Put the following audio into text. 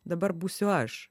dabar būsiu aš